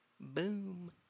Boom